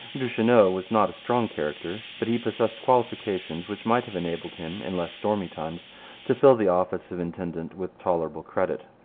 duchesneau was not a strong character, but he possessed qualifications which might have enabled him in less stormy times to fill the office of intendant with tolerable credit.